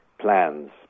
plans